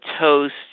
toast